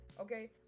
okay